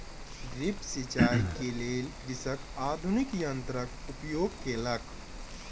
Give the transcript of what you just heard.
drip सिचाई के लेल कृषक आधुनिक यंत्रक उपयोग केलक